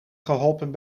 geholpen